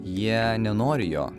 jie nenori jo